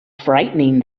frightening